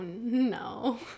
no